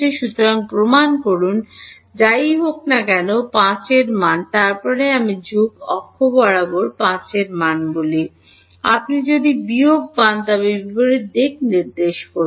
সুতরাং প্রমান করুন যাই হোক না কেন 5 এর মান তারপরে আমি যোগের অক্ষটি বরাবর 5 এর মান বলি আপনি যদি বিয়োগ পান তবে বিপরীত দিকে নির্দেশ করুন